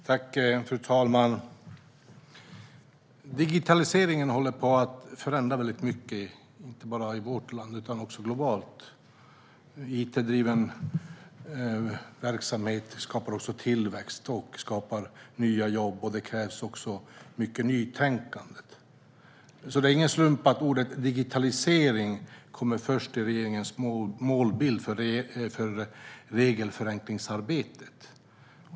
Fru talman! Digitaliseringen håller på att förändra mycket både i vårt land och globalt. It-driven verksamhet skapar tillväxt och nya jobb. Det krävs också mycket nytänkande. Det är därför ingen slump att ordet "digitalisering" kommer först i regeringens målbild för regelförenklingsarbetet.